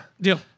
Deal